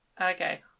Okay